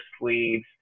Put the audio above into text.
sleeves